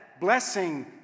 blessing